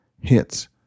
hits